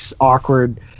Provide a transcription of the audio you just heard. awkward